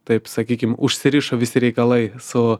taip sakykim užsirišo visi reikalai su